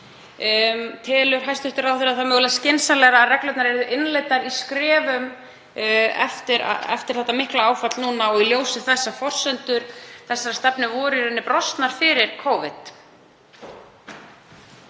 Telur hæstv. ráðherra mögulega skynsamlegra að reglurnar yrðu innleiddar í skrefum eftir þetta mikla áfall núna og í ljósi þess að forsendur þessarar stefnu voru í raun brostnar fyrir Covid?